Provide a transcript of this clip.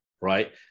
right